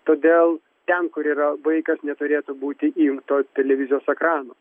todėl ten kur yra vaikas neturėtų būti įjungto televizijos ekrano